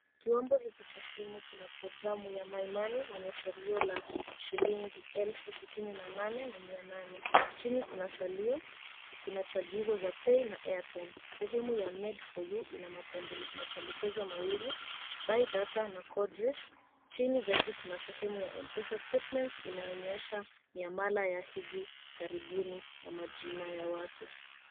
Kiwambo hichi cha simu kina programu ya maimani ya salio la shilingi 68,800. Chini kuna salio. Kuna chagizo za pay na Airtime . Sehemu ya made for you ina mapendekezo mawili: buy data na Kodris . Chini zaidi kuna sehemu ya M-pesa statement inayo onyesha ni amala ya hivi karibuni na majina ya watu.